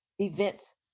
events